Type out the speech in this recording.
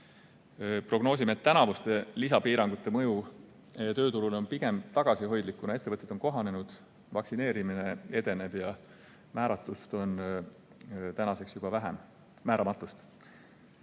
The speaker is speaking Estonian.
Prognoosime, et tänavuste lisapiirangute mõju tööturule on pigem tagasihoidlik, kuna ettevõtted on kohanenud, vaktsineerimine edeneb ja määramatust on tänaseks juba vähem. Mitmes